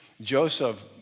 Joseph